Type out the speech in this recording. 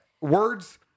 Words